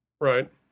Right